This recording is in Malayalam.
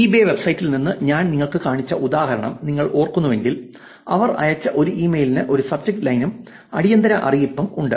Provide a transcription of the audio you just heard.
ഇബേ വെബ്സൈറ്റിൽ നിന്ന് ഞാൻ നിങ്ങൾക്ക് കാണിച്ച ഉദാഹരണം നിങ്ങൾ ഓർക്കുന്നുവെങ്കിൽ അവർ അയച്ച ഒരു ഇമെയിലിന് ഒരു സബ്ജക്റ്റ് ലൈനും അടിയന്തര അറിയിപ്പും ഉണ്ട്